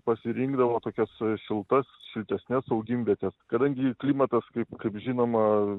pasirinkdavo tokias šiltas šiltesnes augimvietes kadangi ir klimatas kaip kaip žinoma